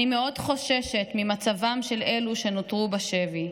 אני מאוד חוששת ממצבם של אלו שנותרו בשבי.